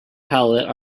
palette